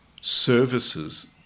services